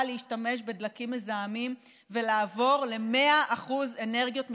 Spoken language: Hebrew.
להשתמש בדלקים מזהמים ולעבור ל-100% אנרגיות מתחדשות,